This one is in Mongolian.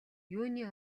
юуны